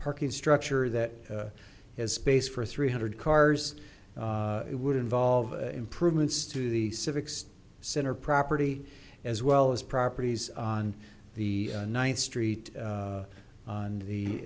parking structure that has space for three hundred cars it would involve improvements to the civics center property as well as properties on the ninth street on the